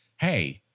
hey